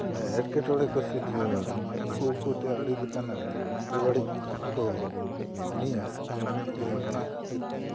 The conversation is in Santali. ᱮᱴᱠᱮᱴᱚᱬᱮ ᱠᱚ ᱥᱤᱨᱡᱟᱹᱟᱣᱟ ᱩᱠᱩ ᱩᱠᱩ ᱛᱮ ᱟᱹᱰᱤ ᱞᱮᱠᱟᱱᱟᱜ ᱵᱮᱵᱟᱹᱲᱤᱡ ᱠᱚ ᱠᱟᱹᱢᱤᱭᱟ ᱥᱮ ᱚᱱᱟ ᱠᱷᱟᱹᱛᱤᱨᱛᱮ